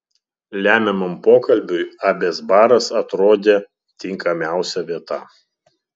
lemiamam pokalbiui abės baras atrodė tinkamiausia vieta